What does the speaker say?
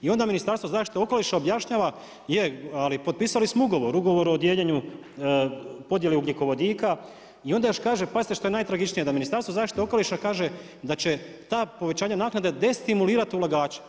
I onda Ministarstvo zaštite okoliša objašnjava, je, ali potpisali smo ugovor, ugovor o dijeljenju, podjeli ugljikovodika, i onda još kaže pazite što je najtragičnije, da Ministarstvo zaštite okoliša kaže, da će ta povećanja naknade destimulirati ulagača.